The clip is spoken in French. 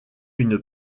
une